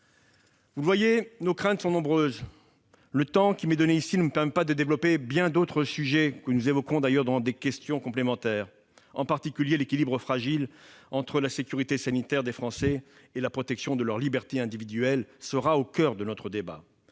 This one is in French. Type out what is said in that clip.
Vous le voyez, nos craintes sont nombreuses. Le temps qui m'est imparti ne me permet pas de développer bien d'autres sujets que nous évoquerons à l'occasion de questions complémentaires. En particulier, l'équilibre fragile entre la sécurité sanitaire des Français et la protection de leurs libertés individuelles sera au coeur de notre débat.